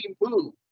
move